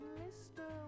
mr